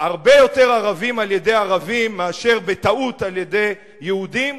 הרבה יותר ערבים על-ידי ערבים מאשר בטעות על-ידי יהודים,